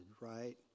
Right